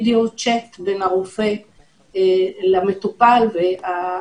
אני לא משמיץ אף רופא ואף מערכת בריאות,